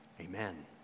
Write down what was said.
amen